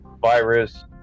virus